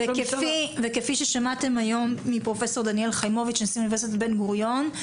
וכפי ששמעתם היום מפרופ' דניאל חיימוביץ נשיא אונ' בן גוריון,